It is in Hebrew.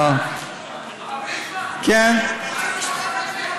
לא, לא שומעים אותך, תתקרב,